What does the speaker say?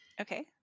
Okay